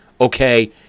okay